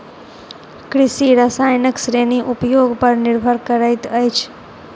कृषि रसायनक श्रेणी उपयोग पर निर्भर करैत अछि